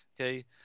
okay